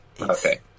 Okay